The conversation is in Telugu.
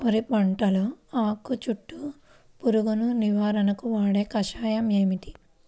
వరి పంటలో ఆకు చుట్టూ పురుగును నివారణకు వాడే కషాయం ఏమిటి?